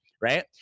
Right